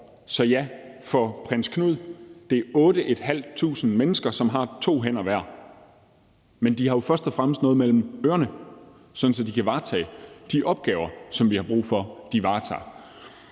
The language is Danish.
til for prins Knud. Det er 8.500 mennesker, som hver har to hænder. Men de har jo først og fremmest noget mellem ørerne, sådan at de kan varetage de opgaver, som vi har brug for, at de varetager.